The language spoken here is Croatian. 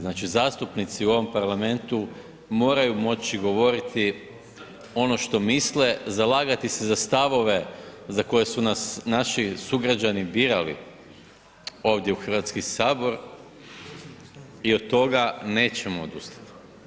Znači zastupnici u ovom parlamentu moraju moći govoriti ono što misle, zalagati se za stavove za koje su nas naši sugrađani birali ovdje u Hrvatski sabor i od toga nećemo odustati.